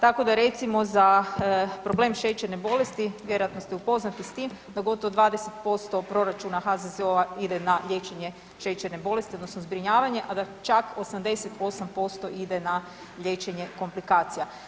Tako da recimo za problem šećerne bolesti, vjerojatno ste upoznati sa tim da gotovo 20% proračuna HZZO-a ide na liječenje šećerne bolesti, odnosno zbrinjavanje a da čak 48% ide na liječenje komplikacija.